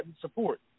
support